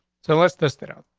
so unless this thing out,